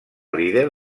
líder